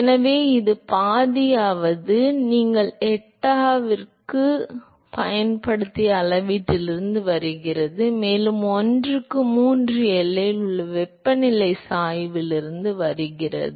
எனவே இந்த பாதியானது நீங்கள் எட்டாவிற்குப் பயன்படுத்திய அளவீட்டிலிருந்து வருகிறது மேலும் 1க்கு 3 எல்லையில் உள்ள வெப்பநிலையின் சாய்விலிருந்து வருகிறது